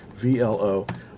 VLO